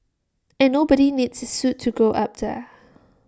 and nobody needs suit to go up there